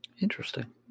interesting